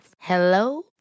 Hello